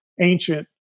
ancient